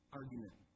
argument